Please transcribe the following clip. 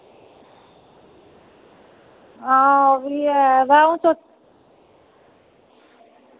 हां ओह् बी ऐ अवा अ'ऊं सो